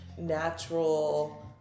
natural